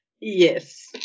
Yes